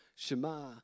Shema